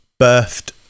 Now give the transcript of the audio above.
birthed